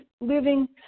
living